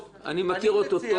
אני מכיר אותו טוב, את חבר הכנסת דב.